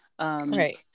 Right